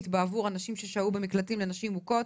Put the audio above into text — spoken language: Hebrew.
בעבור הנשים ששהו במקלטים לנשים מוכות